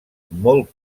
molt